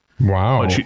Wow